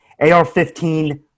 AR-15